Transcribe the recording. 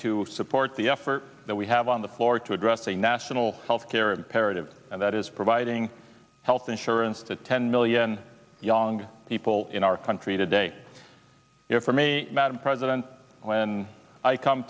to support the effort that we have on the floor to address a national healthcare imperative that is providing health insurance to ten million young people in our country today you know for me madam president when i come